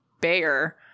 Bayer